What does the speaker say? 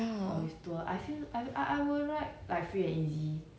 ya hor